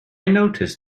noticed